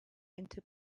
into